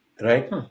right